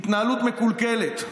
התנהלות מקולקלת,